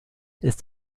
ist